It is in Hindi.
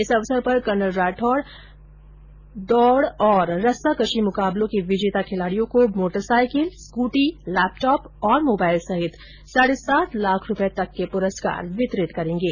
इस अवसर पर केर्नल राठौड़ दौड़ और रस्साकशी मुकाबलों के विजेता खिलाड़ियों को मोटरसाइकिल स्कूटी लैपटॉप और मोबाइल सहित साढे सात लाख रूपये तक के पुरस्कार वितरित करेगें